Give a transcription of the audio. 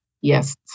Yes